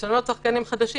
כשאני אומרת שחקנים חדשים,